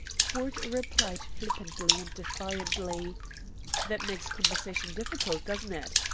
ford replied flippantly and defiantly that makes conversation difficult, doesn't it?